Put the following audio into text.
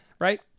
Right